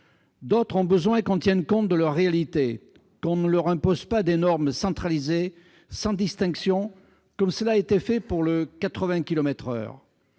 D'autres ont besoin qu'on tienne compte de leur réalité, qu'on ne leur impose pas des normes centralisées sans distinction, comme cela a été fait pour la limitation